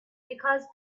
because